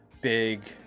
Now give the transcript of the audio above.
big